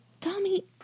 Tommy